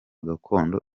gakondo